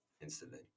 instantly